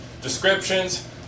descriptions